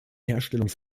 herstellung